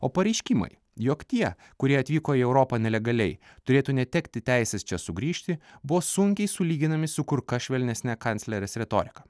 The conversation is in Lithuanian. o pareiškimai jog tie kurie atvyko į europą nelegaliai turėtų netekti teisės čia sugrįžti buvo sunkiai sulyginami su kur kas švelnesne kanclerės retorika